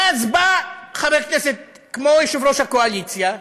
ואז בא חבר כנסת כמו יושב-ראש הקואליציה,